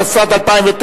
התשס"ט 2009,